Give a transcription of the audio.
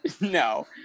No